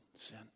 sin